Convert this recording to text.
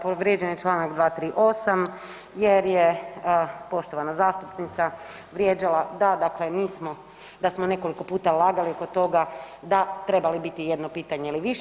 Povrijeđen je Članak 238. jer je poštovana zastupnica vrijeđala, da dakle mi smo da smo nekoliko puta lagali oko toga, da treba li biti jedno pitanje ili više.